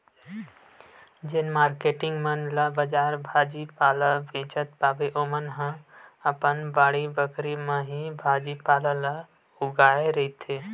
जेन मारकेटिंग मन ला बजार भाजी पाला बेंचत पाबे ओमन ह अपन बाड़ी बखरी म ही भाजी पाला ल उगाए रहिथे